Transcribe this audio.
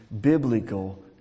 biblical